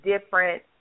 different